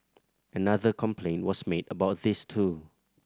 another complaint was made about this too